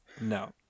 No